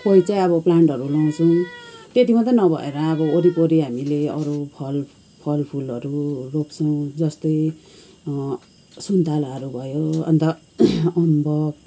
कोही चाहिँ अब प्लान्टहरू लाउँछौँ त्यति मात्रै नभएर अब वरिपरि हामीले अरू फल फलफुलहरू रोप्छौँ जस्तै सुन्तलाहरू भयो अन्त अम्बक